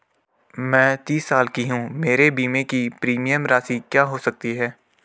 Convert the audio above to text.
मैं तीस साल की हूँ मेरे बीमे की प्रीमियम राशि क्या हो सकती है?